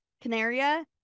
canaria